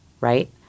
right